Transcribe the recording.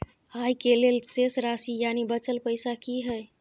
आय के लेल शेष राशि यानि बचल पैसा की हय?